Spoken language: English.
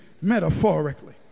metaphorically